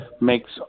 makes